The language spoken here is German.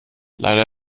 leider